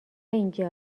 اینجا